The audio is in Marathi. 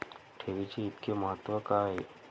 ठेवीचे इतके महत्व का आहे?